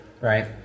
right